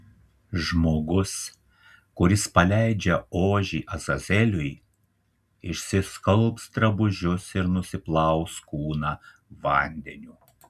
žmogus kuris paleidžia ožį azazeliui išsiskalbs drabužius ir nusiplaus kūną vandeniu